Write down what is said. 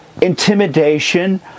intimidation